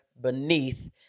beneath